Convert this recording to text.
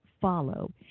follow